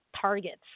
targets